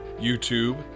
YouTube